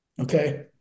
Okay